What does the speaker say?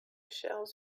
shelves